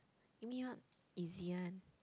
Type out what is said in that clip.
give me one easy one